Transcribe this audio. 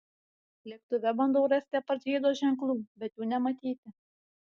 lėktuve bandau rasti apartheido ženklų bet jų nematyti